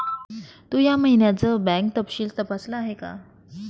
तू या महिन्याचं बँक तपशील तपासल आहे का?